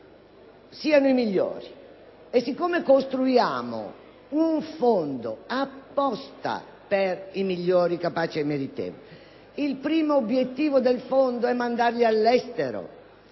siano i migliori. Siccome costruiamo un fondo apposito per i migliori, capaci e, meritevoli, e il primo obiettivo del fondo e mandarli all’estero,